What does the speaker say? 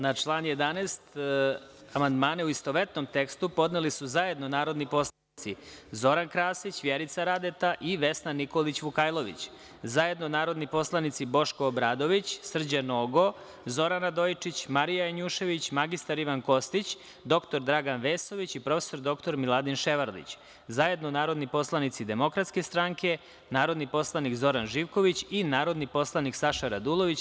Na član 11. amandmane, u istovetnom tekstu, podneli su zajedno narodni poslanici Zoran Krasić, Vjerica Radeta i Vesna Nikolić Vukajlović, zajedno narodni poslanici Boško Obradović, Srđan Nogo, Zoran Radojičić, Marija Janjušević, mr Ivan Kostić, dr Dragan Vesović i prof. dr Miladin Ševarlić, zajedno narodni poslanici Demokratske strane, narodni poslanik Zoran Živković i narodni poslanik Saša Radulović.